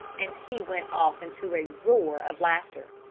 and he went off into a roar of laughter.